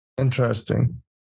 Interesting